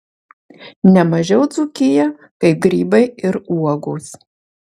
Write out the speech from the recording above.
ne mažiau dzūkiją kaip grybai ir uogos